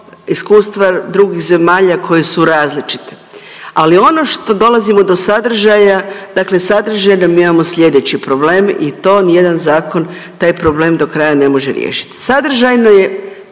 iskustva drugih zemalja koje su različite, ali ono što dolazimo do sadržaja, dakle sadržaj mi imamo sljedeći problem i to nijedan zakon taj problem do kraja ne može riješiti. Sadržajno je